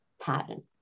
pattern